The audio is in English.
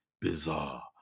bizarre